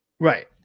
Right